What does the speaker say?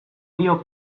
dio